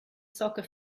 soccer